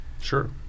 Sure